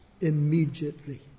immediately